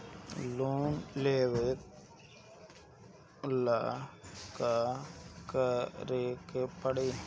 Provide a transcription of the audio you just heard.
Loan लेबे ला का करे के पड़ी?